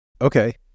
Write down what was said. Okay